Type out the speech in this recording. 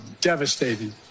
devastating